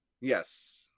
Yes